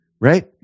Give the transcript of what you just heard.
right